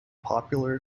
popular